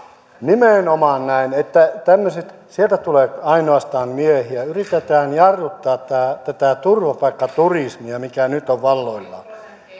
nimenomaan näin että tämmöiset sieltä tulee ainoastaan miehiä yritetään jarruttaa tätä turvapaikkaturismia mikä nyt on valloillaan